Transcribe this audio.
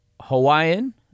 Hawaiian